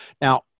Now